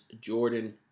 Jordan